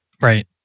Right